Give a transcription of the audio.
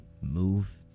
move